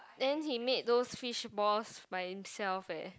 then he made those fishballs by himself eh